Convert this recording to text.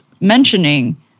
mentioning